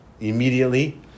immediately